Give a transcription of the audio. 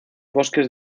bosques